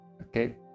okay